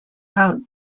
out